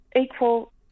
equal